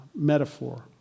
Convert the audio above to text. metaphor